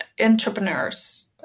entrepreneurs